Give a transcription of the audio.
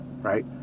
right